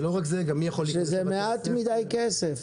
ניתן לזה מעט מדי כסף.